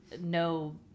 no